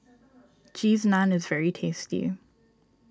Cheese Naan is very tasty